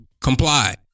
comply